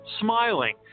smiling